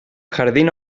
jardín